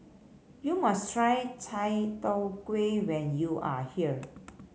you must try Chai Tow Kway when you are here